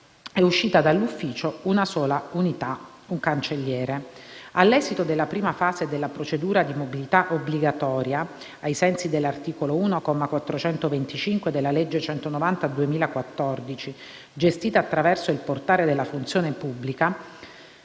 è uscita dall'ufficio una sola unità (un cancelliere). All'esito della prima fase della procedura di mobilità obbligatoria, ai sensi dell'articolo 1, comma 425, della legge n. 190 del 2014, gestita attraverso il portale della funzione pubblica,